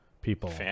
people